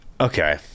Okay